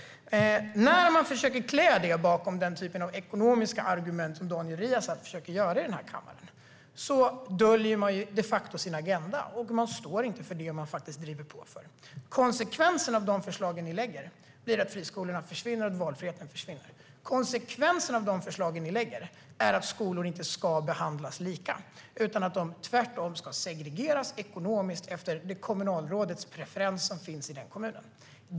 När man klär det i den typen av ekonomiska argument som Daniel Riazat försöker göra i kammaren döljer man de facto sin agenda, och man står inte för det man faktiskt driver. Konsekvensen av de förslag ni lägger fram blir att friskolorna försvinner och att valfriheten försvinner. Konsekvensen av de förslag ni lägger fram är att skolor inte ska behandlas lika. De ska tvärtom segregeras ekonomiskt utifrån preferensen hos det kommunalråd som finns i kommunen.